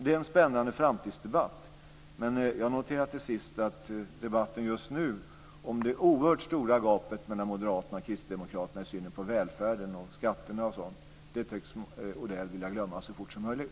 Det är en spännande framtidsdebatt. Men jag noterar till sist att debatten just nu om det oerhört stora gapet mellan Moderaterna och Kristdemokraterna i synen på välfärden och skatterna tycks Odell vilja glömma så fort som möjligt.